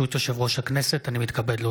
התשפ"ד 2023, נתקבל.